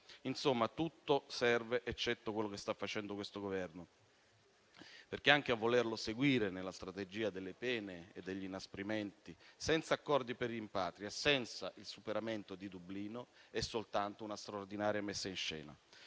Insomma, tutto serve, eccetto quello che sta facendo questo Governo, perché, anche a volerlo seguire nella strategia delle pene e degli inasprimenti, senza accordi per i rimpatri e senza il superamento di Dublino è soltanto una straordinaria messa in scena,